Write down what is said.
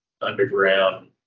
underground